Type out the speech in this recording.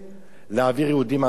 להעביר יהודים על דתם.